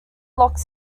locks